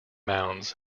mounds